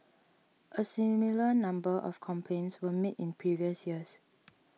a similar number of complaints were made in previous years